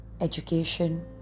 education